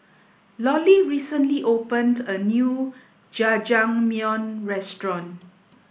Lollie recently opened a new Jajangmyeon Restaurant